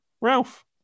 Ralph